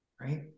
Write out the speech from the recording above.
right